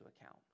account